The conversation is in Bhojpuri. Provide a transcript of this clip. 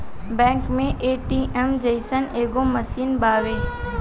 बैंक मे ए.टी.एम जइसन एगो मशीन बावे